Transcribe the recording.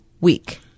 week